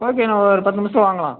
okay நான் ஒரு பத்து நிமிஷத்தில் வாங்கலாம்